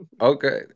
okay